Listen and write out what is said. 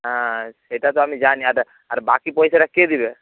হ্যাঁ সেটা তো আমি জানি আর বাকি পয়সাটা কে দেবে